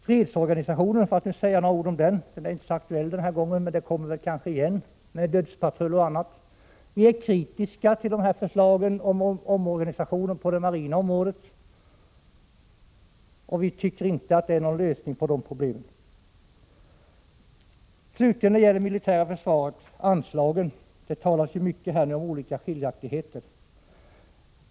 Fredsorganisationen — för att nu säga några ord om den — är inte så aktuell den här gången men den blir det väl kanske igen, med dödspatruller och annat. Vi är kritiska till förslagen om omorganisationer på det marina området; vi tycker inte att det är någon lösning på problemen. Så slutligen, när det gäller det militära försvaret, till anslagen! Det talas ju mycket om partiernas inbördes skiljaktigheter.